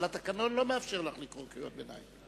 אבל התקנון לא מאפשר לך לקרוא קריאות ביניים.